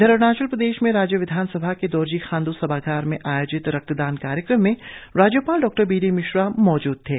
इधर अरुणाचल प्रदेश राज्य विधानसभा के दोरजी खांड्र सभागार में आयोजित रक्तदान कार्यक्रम में राज्यपाल डॉ बी डी मिश्रा मौजूद थे